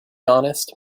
honest